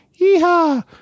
Yeehaw